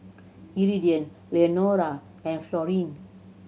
Iridian Leonora and Florine